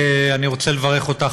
אני רוצה לברך אותך,